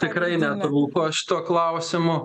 tikrai netrūko šituo klausimu